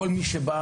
לכן כל מי שבא